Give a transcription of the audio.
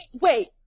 wait